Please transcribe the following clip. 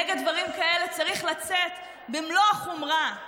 נגד דברים כאלה צריך לצאת במלוא החומרה.